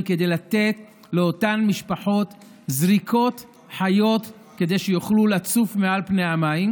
כדי לתת לאותן משפחות זריקות חיות כדי שיוכלו לצוף מעל פני המים,